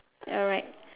alright